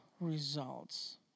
results